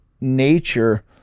nature